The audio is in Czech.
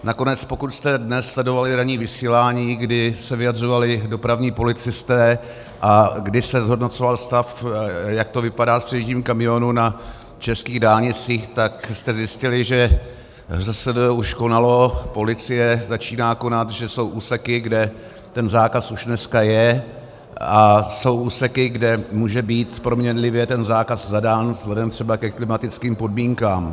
Nakonec pokud jste dnes sledovali ranní vysílání, kdy se vyjadřovali dopravní policisté a kdy se zhodnocoval stav, jak to vypadá s předjížděním kamionů na českých dálnicích, tak jste zjistili, že ŘSD už konalo, policie začíná konat, že jsou úseky, kde ten zákaz už dneska je, a jsou úseky, kde může být proměnlivě ten zákaz zadán vzhledem třeba ke klimatickým podmínkám.